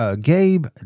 Gabe